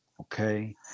Okay